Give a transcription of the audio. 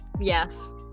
Yes